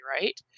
right